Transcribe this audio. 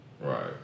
Right